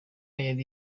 yari